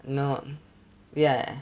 no ya